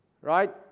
right